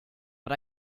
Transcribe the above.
but